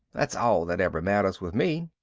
that's all that ever matters with me.